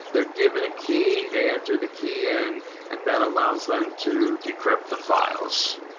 they're given a key. they enter the key and and that allows them to decrypt the files,